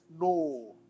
no